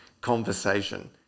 conversation